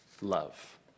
love